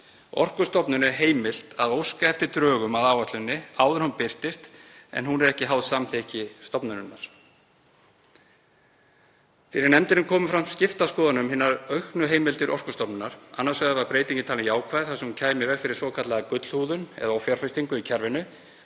Orkustofnun er heimilt að óska eftir drögum að áætluninni áður en hún birtist en hún er ekki háð samþykki stofnunarinnar. Fyrir nefndinni komu fram skiptar skoðanir um hinar auknu heimildir Orkustofnunar. Annars vegar var breytingin talin jákvæð þar sem hún kæmi í veg fyrir svokallaða „gullhúðun“ eða offjárfestingu í kerfinu